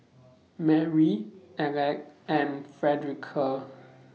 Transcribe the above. Marry Aleck and Frederica